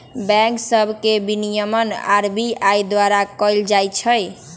bank सभ के विनियमन आर.बी.आई द्वारा कएल जाइ छइ